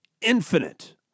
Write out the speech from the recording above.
infinite